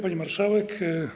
Pani Marszałek!